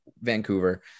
Vancouver